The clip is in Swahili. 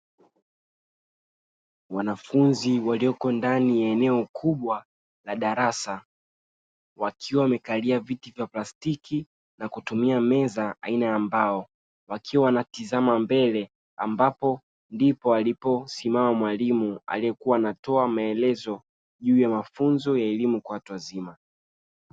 Wanafunzi walioko ndani ya eneo kubwa la darasa wakiwa wamekalia viti vya plastiki na kutumia meza aina ya mbao, wakiwa wanatizama mbele ambapo ndipo aliposimama mwalimu aliyekuwa anatoa maelezo juu ya mafunzo ya elimu kwa watu wazima.